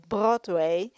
Broadway